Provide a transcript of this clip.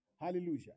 Hallelujah